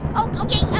oh okay